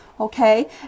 Okay